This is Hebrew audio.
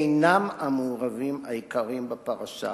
אינם המעורבים העיקריים בפרשה,